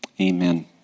amen